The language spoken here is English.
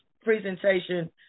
presentation